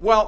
well